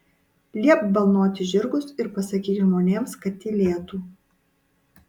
liepk balnoti žirgus ir pasakyk žmonėms kad tylėtų